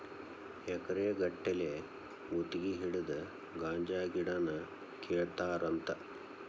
ಎಕರೆ ಗಟ್ಟಲೆ ಗುತಗಿ ಹಿಡದ ಗಾಂಜಾ ಗಿಡಾನ ಕೇಳತಾರಂತ